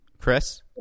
Chris